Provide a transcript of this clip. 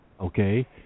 okay